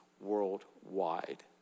worldwide